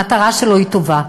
המטרה שלו טובה.